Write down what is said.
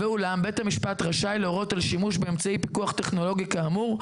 ואולם בית המשפט רשאי להורות על שימוש באמצעי פיקוח טכנולוגי כאמור,